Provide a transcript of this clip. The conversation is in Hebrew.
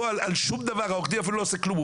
עורך הדין אפילו לא עושה כלום,